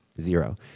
zero